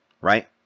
right